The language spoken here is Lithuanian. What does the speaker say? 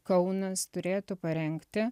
kaunas turėtų parengti